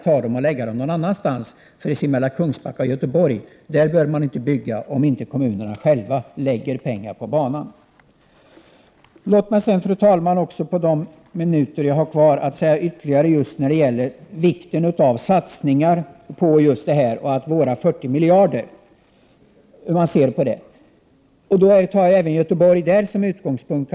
1988/89:106 för mellan Kungsbacka och Göteborg bör man inte bygga om inte kommu nerna själva satsar pengar på banan. Låt mig, fru talman, på de minuter jag har kvar säga något ytterligare om vikten av satsningar på detta och om hur man ser på våra 40 miljarder. Jag kan även här ta Göteborg som utgångspunkt.